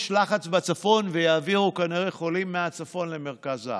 יש לחץ בצפון ויעבירו כנראה חולים מהצפון למרכז הארץ,